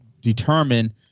determine